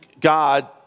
God